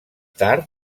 tard